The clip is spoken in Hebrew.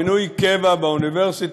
מינוי קבע באוניברסיטה,